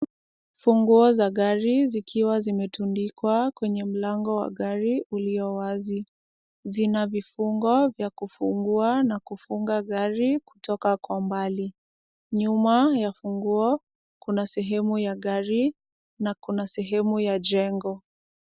Funguo za gari zikiwa zimetundikwa kwenye mlango wa gari ulio wazi. Zina vifungo vya kufungua na kufunga gari kutoka kwa mbali. Nyuma ya funguo, kuna sehemu ya gari, na kuna sehemu ya jengo.